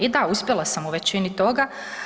I da, uspjela sam u većini toga.